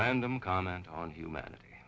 random comment on humanity